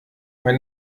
mein